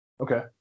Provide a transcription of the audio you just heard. okay